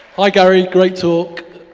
hi gary, great talk.